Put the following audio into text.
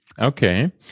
Okay